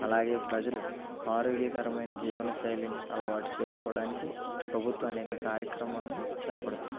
అలాగే ప్రజలు ఆరోగ్యకరమైన జీవనశైలిని అలవాటు చేసుకోవడానికి ప్రభుత్వం అనేక కార్యక్రమాలను చేపడుతుంది